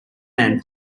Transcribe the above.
man